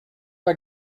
pas